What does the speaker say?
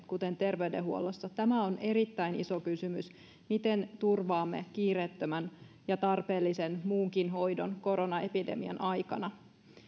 kuten terveydenhuollossa tämä on erittäin iso kysymys miten turvaamme kiireettömän ja muunkin tarpeellisen hoidon koronaepidemian aikana